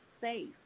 safe